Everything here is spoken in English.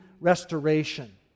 restoration